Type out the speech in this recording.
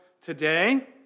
today